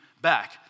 back